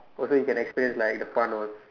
also you can experience like the fun all